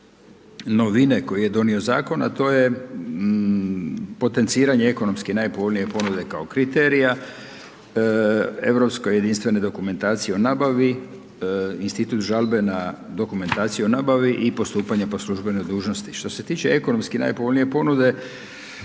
novine koje je donio zakon, a to je potenciranje ekonomski najpovoljnije ponude kao kriterija, Europska jedinstvena dokumentacija o nabavi, institut žalbe na dokumentaciju o nabavi i postupanje po službenoj dužnosti. Što se tiče ekonomski najpovoljnije ponude